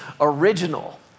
original